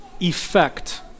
effect